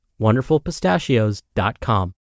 wonderfulpistachios.com